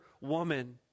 woman